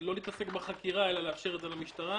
לא להתעסק בחקירה אלא להשאיר את זה למשטרה,